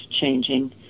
changing